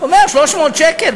אומר: 300 שקל,